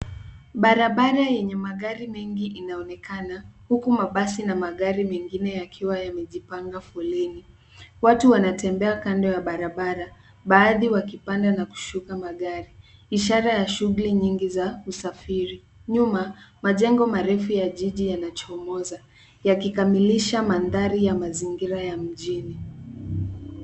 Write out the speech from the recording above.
Barabara yenye magari mengi inaonekana, huku mabasi na magari mengine yakiwa yamejipanga foleni. Watu wanatembea kando ya barabara; baadhi wakipanda na kushuka magari, ishara ya shughuli nyingi za usafiri. Nyuma, majengo marefu ya jiji yanachomoza, yakikamilisha mandhari ya mazingira ya mjini.